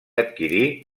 adquirí